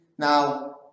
Now